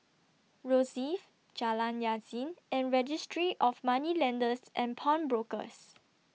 Rosyth Jalan Yasin and Registry of Moneylenders and Pawnbrokers